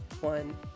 one